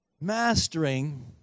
mastering